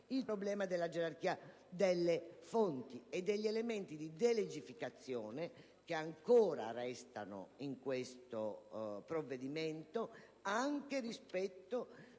il problema della gerarchia delle fonti e degli elementi di delegificazione che restano in questo provvedimento, rispetto